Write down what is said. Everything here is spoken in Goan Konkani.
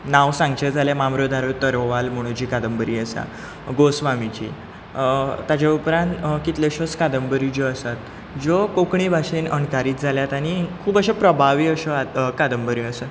नांव सांगचे जाल्यार मामरोदरो तरोवाल म्हणू जा कांदबरी आसा गोस्वामिची ताज्या उपरांत कितल्योश्यो कांदबऱ्यो ज्यो आसात ज्यो कोंकणी भाशेंत अणकारीत जाल्यात आनी खुब अश्यो प्रभावी कांदबऱ्यो आसात